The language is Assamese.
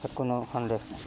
তাত কোনো সন্দেহ নাই